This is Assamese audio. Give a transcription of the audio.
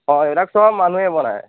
অঁ এইবিলাক চব মানুহেই বনায়